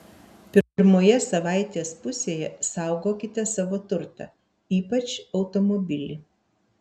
pirmoje savaitės pusėje saugokite savo turtą ypač automobilį